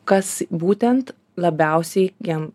kas būtent labiausiai jam